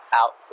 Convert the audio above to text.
out